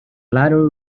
ladder